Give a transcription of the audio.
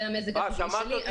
זה המזג שלי,